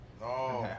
No